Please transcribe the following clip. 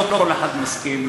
לא כל אחד מסכים,